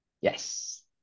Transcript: Yes